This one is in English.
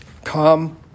Come